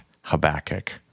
Habakkuk